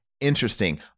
Interesting